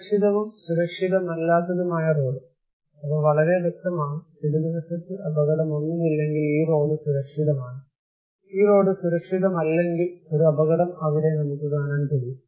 സുരക്ഷിതവും സുരക്ഷിതമല്ലാത്തതുമായ റോഡ് അവ വളരെ വ്യക്തമാണ് ഇടത് വശത്ത് അപകടമൊന്നുമില്ലെങ്കിൽ ഈ റോഡ് സുരക്ഷിതമാണ് ഈ റോഡ് സുരക്ഷിതമല്ലെങ്കിൽ ഒരു അപകടം അവിടെ നമുക്ക് കാണാൻ കഴിയും